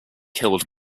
killed